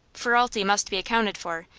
ferralti must be accounted for,